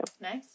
nice